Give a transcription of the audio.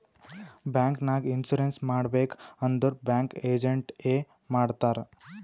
bank ನಾಗ್ insurance ಮಾಡಬೇಕ್ ಅಂದುರ್ ಬ್ಯಾಂಕ್ ಏಜೆಂಟ್ ಎ ಮಾಡ್ತಾರ್